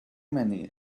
many